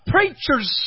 Preachers